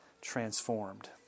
transformed